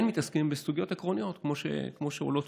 כן מתעסקים בסוגיות עקרוניות, כמו שעולות